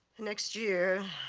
next year,